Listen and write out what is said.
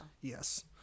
Yes